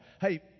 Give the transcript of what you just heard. Hey